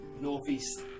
northeast